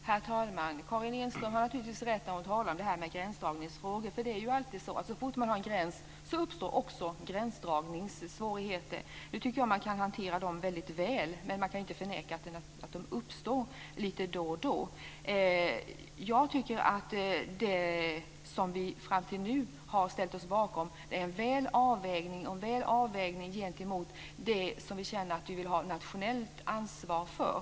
Herr talman! Karin Enström har naturligtvis rätt när hon talar om gränsdragningsfrågor. Så fort man har en gräns uppstår det också gränsdragningssvårigheter. Nu tycker jag att man kan hantera dem väldigt väl. Men man kan inte förneka att de uppstår lite då och då. Jag tycker att det som vi fram till nu har ställt oss bakom är en bra avvägning gentemot det som vi känner att vi vill ha nationellt ansvar för.